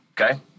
Okay